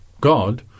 God